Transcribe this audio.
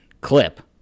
clip